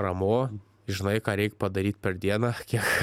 ramu žinai ką reik padaryt per dieną kiek